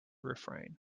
refrain